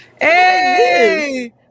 hey